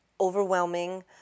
overwhelming